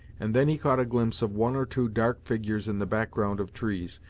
and then he caught a glimpse of one or two dark figures in the background of trees,